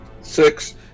Six